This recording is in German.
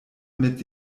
mit